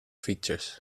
fietsers